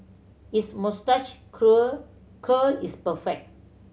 his moustache curl is perfect